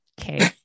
okay